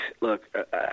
look